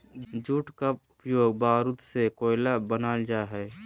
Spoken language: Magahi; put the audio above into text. जूट का उपयोग बारूद से कोयला बनाल जा हइ